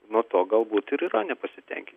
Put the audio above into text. nuo to galbūt ir yra nepasitenkin